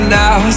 now